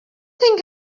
think